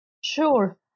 Sure